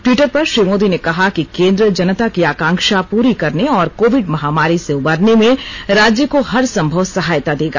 Twitter पर श्री मोदी ने कहा कि केन्द्र जनता की आकांक्षा पूरी करने और कोविड महामारी से उबरने में राज्य को हर संभव सहायता देगा